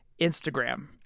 Instagram